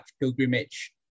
pilgrimage